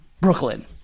Brooklyn